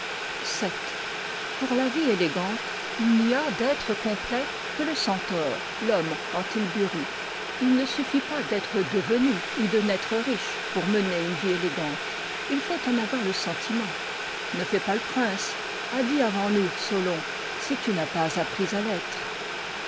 fashionables pour la vie élégante il n'y a d'être complet que le centaure l'homme en tilbury viii il ne suffit pas d'être devenu ou de naître riche pour mener une vie élégante il faut en avoir le sentiment ne fais pas le prince a dit avant nous solon si tu n'as pas appris à l'être